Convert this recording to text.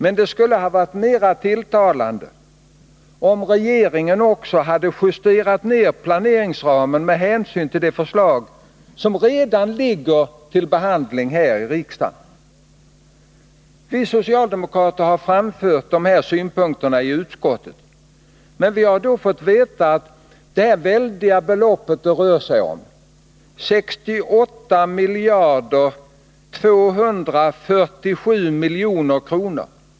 Men det skulle ha varit mer tilltalande om regeringen också justerat ner planeringsramen med hänsyn till det förslag som redan finns under behandling här i riksdagen. Vi socialdemokrater har framfört dessa synpunkter i utskottet, men vi har då fått veta att det väldiga belopp det rör sig om — 68 247 000 000 kr.